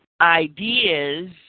ideas